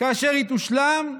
כאשר היא תושלם,